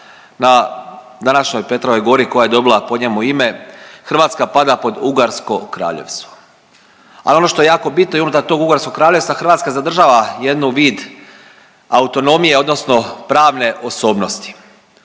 na današnjoj Petrovoj gori koja je dobila po njemu ime, Hrvatska pada pod Ugarsko Kraljevstvo, al ono što je jako bitno i unutar Ugarskog Kraljevstva Hrvatska zadržava jednu vid autonomije odnosno pravne osobnosti